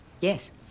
Yes